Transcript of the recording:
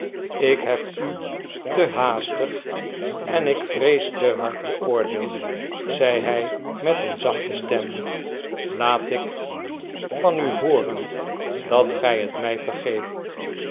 ik heb u te haastig en ik vrees te hard beoordeeld zei hij met een zachte stem laat ik van u hooren dat gij het mij yergeeft